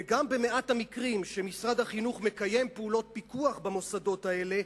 וגם במעט המקרים שמשרד החינוך מקיים פעולות פיקוח במוסדות האלה,